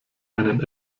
einen